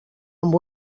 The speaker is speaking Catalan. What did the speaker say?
amb